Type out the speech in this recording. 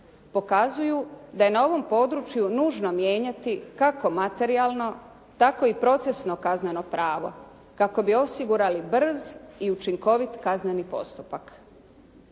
pokazuju da je na ovom području nužno mijenjati kako materijalno, tako i procesno kazneno pravo kako bi osigurali brz i učinkovit kazneni postupak.